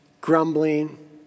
Grumbling